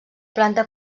planta